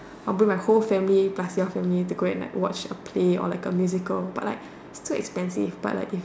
I'll bring my whole family plus your family to go and like watch a play or like a musical but like it's too expensive but like if I can